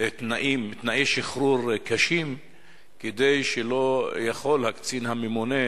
תנאי שחרור קשים כדי שלא יוכל הקצין הממונה